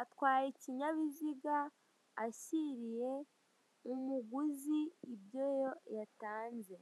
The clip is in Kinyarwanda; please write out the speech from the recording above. atwaye ikinyabiziga ashyiriye umuguzi ibyo yatanze.